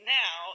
now